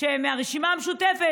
מהרשימה המשותפת.